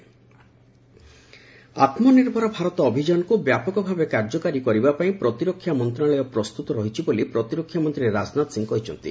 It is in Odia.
ଆତ୍ମନିର୍ଭର ଭାରତ ଆତ୍କନିର୍ଭର ଭାରତ ଅଭିଯାନକୁ ବ୍ୟାପକ ଭାବେ କାର୍ଯ୍ୟକାରୀ କରିବା ପାଇଁ ପ୍ରତିରକ୍ଷା ମନ୍ତ୍ରଣାଳୟ ପ୍ରସ୍ତୁତ ରହିଛି ବୋଲି ପ୍ରତିରକ୍ଷାମନ୍ତ୍ରୀ ରାଜନାଥ ସିଂହ କହିଛନ୍ତି